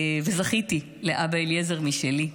זכיתי לאבא אליעזר משלי,